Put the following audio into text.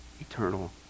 eternal